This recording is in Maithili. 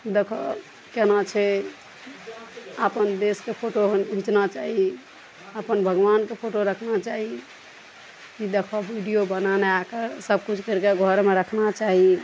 देखऽ केना छै आपन देशके फोटो घीचना चाही अपन भगवानके फोटो रखना चाही की देखऽ वीडियो बना ना कए सबकिछु करिकए घरमे रखना चाही